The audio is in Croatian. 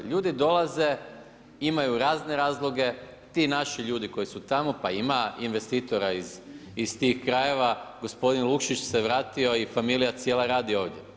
Ljudi dolaze, imaju razne razloge, ti naši ljudi koji su tamo, pa ima investitora iz tih krajeva, gospodin Lukšić se vratio i familija cijela radi ovdje.